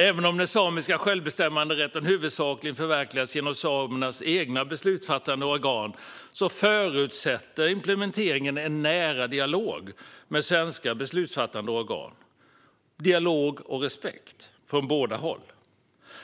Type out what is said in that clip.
Även om den samiska självbestämmanderätten huvudsakligen förverkligas genom samernas egna beslutsfattande organ förutsätter implementeringen en nära dialog med svenska beslutsfattande organ. Det förutsätter dialog och respekt från båda håll.